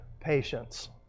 Patience